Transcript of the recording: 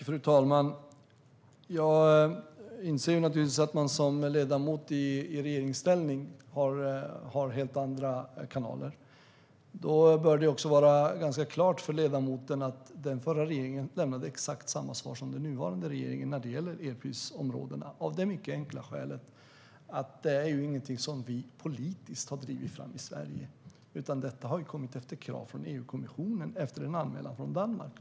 Fru talman! Jag inser att man som ledamot i regeringsställning har helt andra kanaler. Då bör det också stå ganska klart för ledamoten att den förra regeringen lämnade exakt samma svar om elprisområdena som den nuvarande regeringen, av det enkla skälet att detta inte är något som vi har drivit fram politiskt i Sverige. Detta kom ju som ett krav från EU-kommissionen efter en anmälan från Danmark.